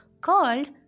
called